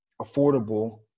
affordable